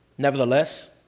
Nevertheless